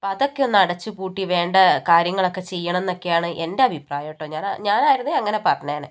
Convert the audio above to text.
അപ്പം അതൊക്കെ ഒന്ന് അടച്ചു പൂട്ടി വേണ്ട കാര്യങ്ങളൊക്കെ ചെയ്യണമെന്ന് എന്നൊക്കെയാണ് എൻ്റെ അഭിപ്രായം കെട്ടോ ഞാനാ ഞാനായിരുന്നു അങ്ങനെ പറഞ്ഞേനെ